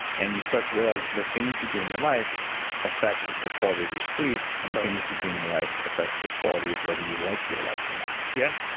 and you start to realize the things you do in your life affect the quality of your sleep and the things you do in your life affect the quality whether you like your life or not yeah.